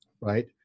right